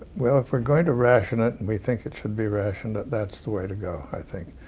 well, if we're going to ration it and we think it should be rationed, that that's the way to go, i think.